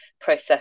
process